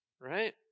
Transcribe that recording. Right